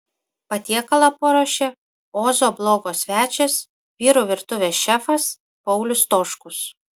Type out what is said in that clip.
patiekalą paruošė ozo blogo svečias vyrų virtuvės šefas paulius stoškus